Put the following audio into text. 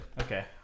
Okay